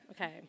okay